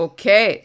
Okay